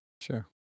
Sure